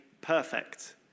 perfect